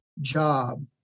job